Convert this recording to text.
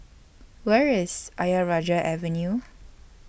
Where IS Ayer Rajah Avenue